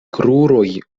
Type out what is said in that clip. kruroj